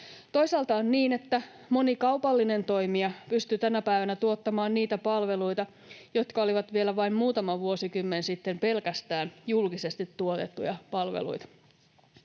Toisaalta on niin, että moni kaupallinen toimija pystyy tänä päivänä tuottamaan niitä palveluita, jotka olivat vielä vain muutama vuosikymmen sitten pelkästään julkisesti tuotettuja palveluita.